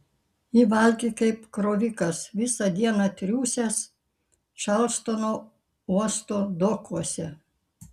ji valgė kaip krovikas visą dieną triūsęs čarlstono uosto dokuose